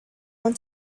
one